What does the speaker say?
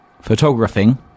photographing